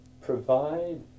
provide